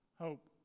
Hope